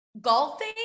Golfing